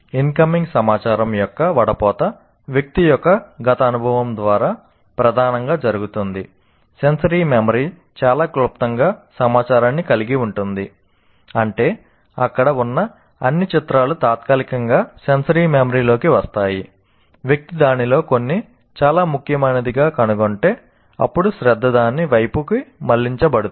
incoming సమాచారం యొక్క వడపోత వ్యక్తి యొక్క గత అనుభవం ద్వారా ప్రధానంగా జరుగుతుంది